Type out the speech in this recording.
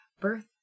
birth